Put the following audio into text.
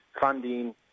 funding